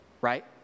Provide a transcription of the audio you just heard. right